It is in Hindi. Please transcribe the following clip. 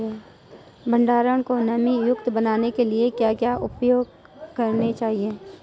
भंडारण को नमी युक्त बनाने के लिए क्या क्या उपाय करने चाहिए?